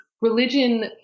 religion